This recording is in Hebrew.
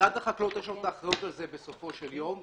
במשרד החקלאות יש להם אחריות על זה בסופו של יום,